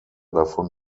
davon